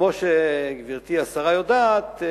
כמו שגברתי השרה יודעת,